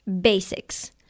basics